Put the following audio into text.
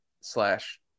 slash